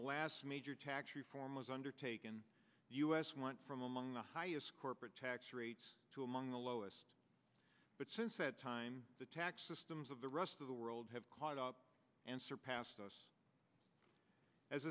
the last major tax reform was undertaken the us want from among the highest corporate tax rates to among the lowest but since that time the tax systems of the rest of the world have caught up and surpassed us as